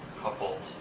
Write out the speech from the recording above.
couples